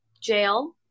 jail